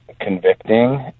Convicting